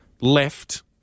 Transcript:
left